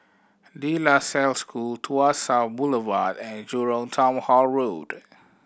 De La Salle School Tuas South Boulevard and Jurong Town Hall Road